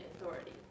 authority